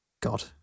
God